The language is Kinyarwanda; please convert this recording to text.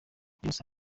byose